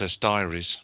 Diaries